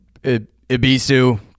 Ibisu